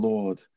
Lord